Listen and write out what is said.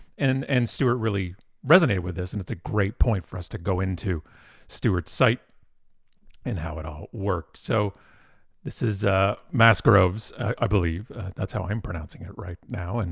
and and stuart really resonate with us, and it's a great point for us to go into stuart's site and how it all worked. so this is ah masgroves i believe, that's how i'm pronouncing it right now. and